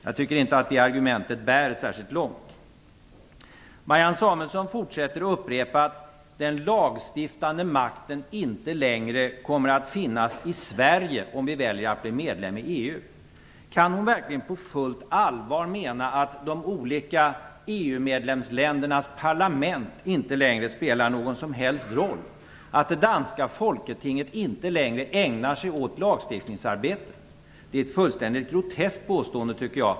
Jag tycker inte att det argumentet bär särskilt långt. Marianne Samuelsson fortsätter att upprepa att den lagstiftande makten inte längre kommer att finnas i Sverige om vi väljer att bli medlem i EU. Kan Marianne Samuelsson verkligen på fullt allvar mena att de olika EU-medlemsländernas parlament inte längre spelar någon som helst roll, att det danska Folketinget inte längre ägnar sig åt lagstiftningsarbete? Det är ett fullständigt groteskt påstående, tycker jag.